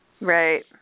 right